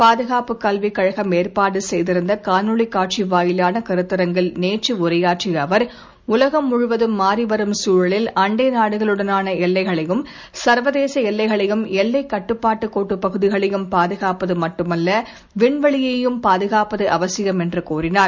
பாதுகாப்பு கல்விக் கழகம் ஏற்பாடு செய்திருந்த காணொலி காட்சி வாயிலாள கருத்தரங்கில் நேற்று உரையாற்றிய அவர் உலகம் முழுவதும் மாறிவரும் சூழலில் அண்டை நாடுகளுடனான் எல்லைகளையும் சர்வதேச எல்லைகளையும் எல்லைக் கட்டுப்பாட்டு கோட்டு பகுதிகளையும் பாதுகாப்பது மட்டுமல்ல விண்வெளியையும் பாதுகாப்பது அவசியம் என்று கூறினார்